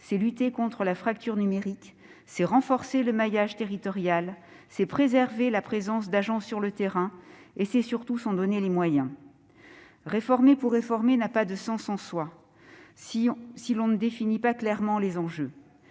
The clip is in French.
c'est lutter contre la fracture numérique, c'est renforcer le maillage territorial, c'est préserver la présence d'agents sur le terrain. Et c'est surtout s'en donner les moyens ! Réformer pour réformer, sans définir clairement les enjeux,